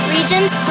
Regions